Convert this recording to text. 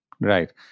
Right